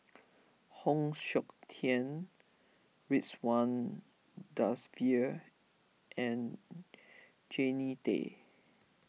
Heng Siok Tian Ridzwan Dzafir and Jannie Tay